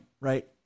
Right